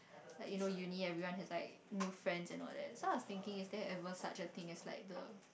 like you know Uni everyone have like new friend and all that so I was thinking it there ever subjecting as like the